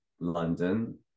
London